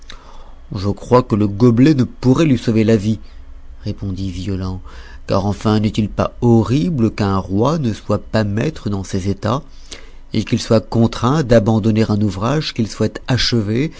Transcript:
je crois que le gobelet ne pourrait lui sauver la vie répondit violent car enfin n'est-il pas horrible qu'un roi ne soit pas maître dans ses etats et qu'il soit contraint d'abandonner un ouvrage qu'il souhaite achever